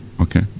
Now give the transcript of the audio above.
Okay